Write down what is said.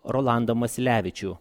rolandą masilevičių